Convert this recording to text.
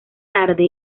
tarde